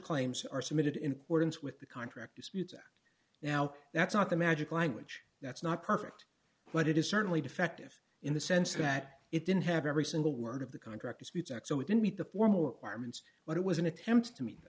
claims are submitted in organs with the contract disputes now that's not the magic language that's not perfect but it is certainly defective in the sense that it didn't have every single word of the contract disputes act so it didn't meet the formal acquirements but it was an attempt to me